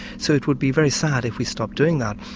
so it would be very sad if we stopped doing that.